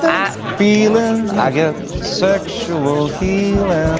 that feeling i get sexual healing,